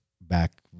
back